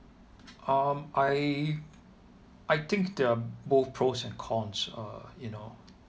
um I I think there are both pros and cons uh you know